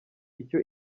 icyo